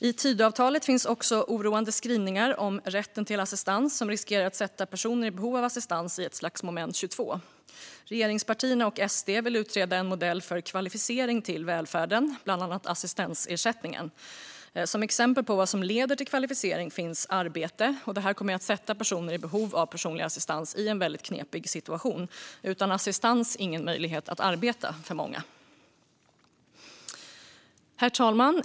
I Tidöavtalet finns också oroande skrivningar om rätten till assistans som riskerar att sätta personer i behov av assistans i ett slags moment 22. Regeringspartierna och SD vill utreda en modell för kvalificering till välfärden, bland annat assistansersättningen. Som exempel på vad som leder till kvalificering finns arbete. Det här kommer att sätta många personer i behov av personlig assistans i en väldigt knepig situation - utan assistans ingen möjlighet att arbeta. Herr talman!